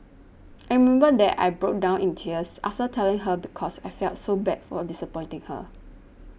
I remember that I broke down in tears after telling her because I felt so bad for disappointing her